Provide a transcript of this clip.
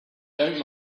don’t